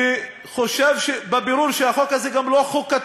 אני חושב שהחוק הזה בבירור גם לא חוקתי